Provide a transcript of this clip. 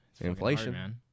Inflation